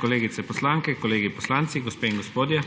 kolegice poslanke, kolegi poslanci, gospe in gospodje!